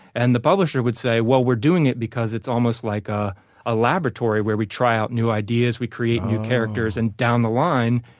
and the publisher would say, well, we're doing it because it's almost like a ah laboratory where we try out new ideas, we create new characters, and down the line,